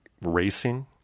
racing